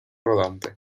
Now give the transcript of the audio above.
rodante